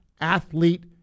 athlete